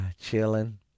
chilling